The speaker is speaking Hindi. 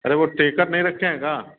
अरे वह टेकर नहीं रखे हैं का